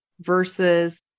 versus